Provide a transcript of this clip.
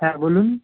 হ্যাঁ বলুন